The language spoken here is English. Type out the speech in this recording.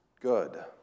good